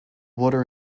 water